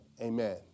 Amen